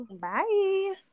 Bye